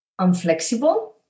unflexible